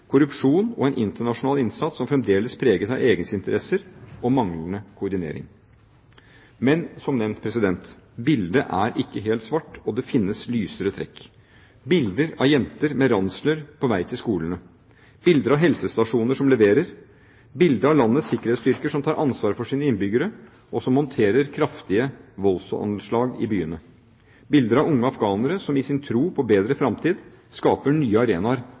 korrupsjon og en internasjonal innsats som fremdeles preges av egeninteresser og manglende koordinering. Men som nevnt er ikke bildet helt svart. Det finnes lysere trekk: bilder av jenter med ransler på vei til skolene, bilder av helsestasjoner som leverer, bilder av landets sikkerhetsstyrker som tar ansvar for sine innbyggere, og som håndterer kraftige voldsanslag i byene, og bilder av unge afghanere som i sin tro på en bedre fremtid skaper nye arenaer